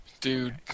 Dude